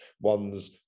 one's